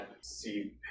see